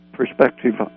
perspective